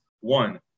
One